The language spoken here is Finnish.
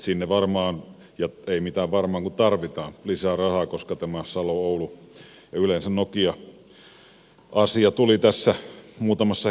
sinne varmaan ja ei mitään varmaan vaan tarvitaan lisää rahaa koska tämä salo oulu ja yleensä nokia asia tuli tässä muutamassa hetkessä syliin